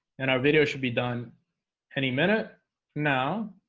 and our video should be done any minute now,